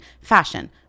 fashion